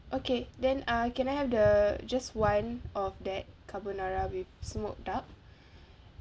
okay then uh can I have the just one of that carbonara with smoked duck